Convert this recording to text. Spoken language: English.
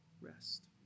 rest